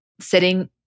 sitting